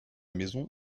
maison